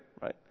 right